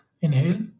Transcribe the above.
inhale